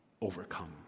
overcome